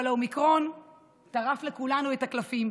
אבל האומיקרון טרף לכולנו את הקלפים.